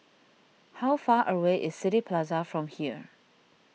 how far away is City Plaza from here